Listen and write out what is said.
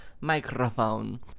microphone